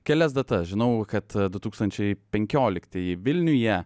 kelias datas žinau kad du tūkstančiai penkioliktieji vilniuje